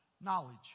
knowledge